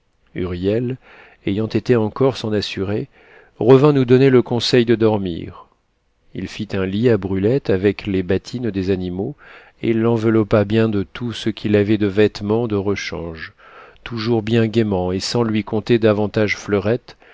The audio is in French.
huriel ayant été encore s'en assurer revint nous donner le conseil de dormir il fit un lit à brulette avec les bâtines des animaux et l'enveloppa bien de tout ce qu'il avait de vêtements de rechange toujours bien gaiement et sans lui conter davantage fleurette